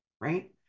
right